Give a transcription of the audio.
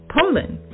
Poland